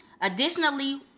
Additionally